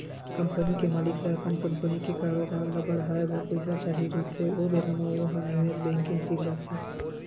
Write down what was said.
company के मालिक ल अपन कंपनी के कारोबार ल बड़हाए बर पइसा चाही रहिथे ओ बेरा म ओ ह निवेस बेंकिग तीर जाथे